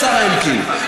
השר אלקין,